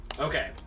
Okay